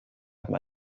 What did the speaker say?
haben